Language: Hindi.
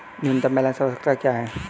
न्यूनतम बैलेंस आवश्यकताएं क्या हैं?